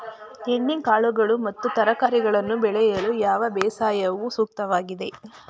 ಎಣ್ಣೆಕಾಳುಗಳು ಮತ್ತು ತರಕಾರಿಗಳನ್ನು ಬೆಳೆಯಲು ಯಾವ ಬೇಸಾಯವು ಸೂಕ್ತವಾಗಿದೆ?